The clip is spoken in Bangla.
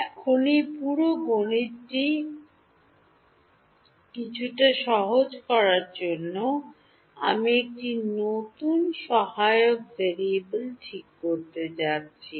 এখন এই পুরো গণিতটি কিছুটা সহজ করার জন্য আমি একটি নতুন সহায়ক ভেরিয়েবল ঠিক করতে যাচ্ছি